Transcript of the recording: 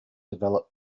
develop